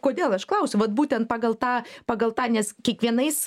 kodėl aš klausiu vat būtent pagal tą pagal tą nes kiekvienais